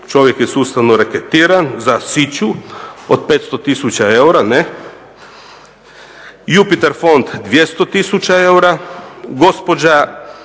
Čovjek je sustavno reketiran za siću od 500 tisuća eura, ne. Jupiter fond 200 tisuća eura.